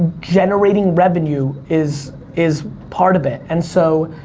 generating revenue is is part of it, and so,